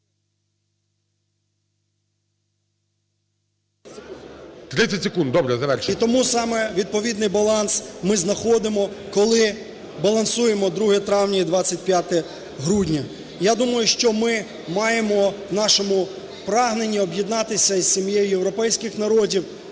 І тому саме відповідний баланс ми знаходимо, коли балансуємо 2 травня і 25 грудня. Я думаю, що ми маємо в нашому прагненні об'єднатись з сім'єю європейських народів,